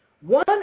One